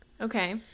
Okay